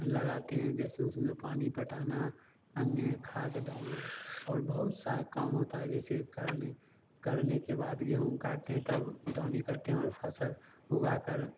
लगाते हैं जैसे उसमें पानी पटाना अन्य खाद डालना और बहुत सा काम होता है जैसे करने करने के बाद गेहूँ काटते हैं तब दवनी करते हैं और फसल उगाकर